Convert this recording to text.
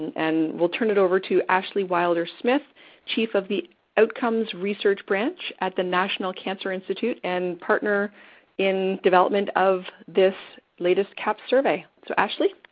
and we'll turn it over to ashley wilder-smith, chief of the outcomes research branch at the national cancer institute and partner in development of this latest cahps survey. so ashley?